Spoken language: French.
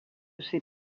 ses